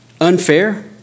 Unfair